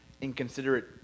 inconsiderate